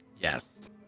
Yes